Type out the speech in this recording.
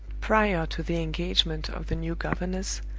prior to the engagement of the new governess,